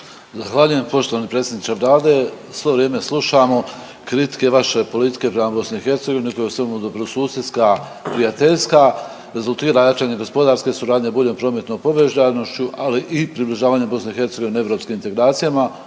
Zahvaljujem poštovani predsjedniče Vlade. Svo vrijeme slušamo kritike vaše politike prema Bosni i Hercegovini koja je samo dobrosusjedska, prijateljska, rezultira jačanje gospodarske suradnje, boljom prometnom povezanošću, ali i približavanjem BiH europskim integracijama.